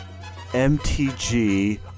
MTG